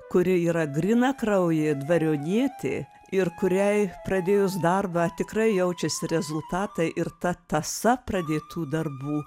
kuri yra grynakraujė dvarionietė ir kuriai pradėjus darbą tikrai jaučiasi rezultatai ir ta tąsa pradėtų darbų